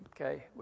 Okay